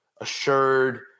assured